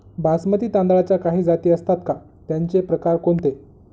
बासमती तांदळाच्या काही जाती असतात का, त्याचे प्रकार कोणते?